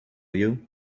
you